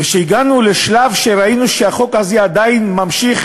כשהגענו לשלב שראינו שהחוק הזה עדיין ממשיך